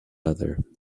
other